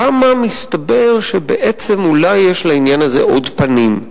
כמה מסתבר שבעצם אולי יש לעניין הזה עוד פנים.